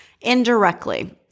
indirectly